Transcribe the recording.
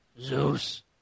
Zeus